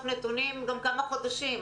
אפשר לאסוף נתונים גם כמה חודשים.